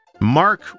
Mark